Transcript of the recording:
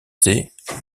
c’est